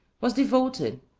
was devoted,